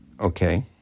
okay